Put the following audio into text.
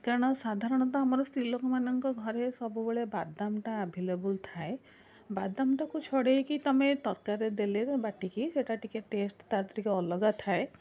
କାରଣ ସାଧାରଣତଃ ଆମର ସ୍ତ୍ରୀଲୋକମାନଙ୍କ ଘରେ ସବୁବେଳେ ବାଦାମଟା ଆଭେଲେବୁଲ୍ ଥାଏ ବାଦାମଟାକୁ ଛଡ଼େଇକି ତମେ ତରକାରୀରେ ଦେଲେ ତା ବାଟିକି ସେଇଟା ଟିକିଏ ଟେଷ୍ଟ୍ ତାର ଟିକିଏ ଅଲଗା ଥାଏ